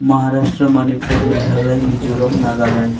Maharashtra Manipur Meghalaya Mizoram Nagaland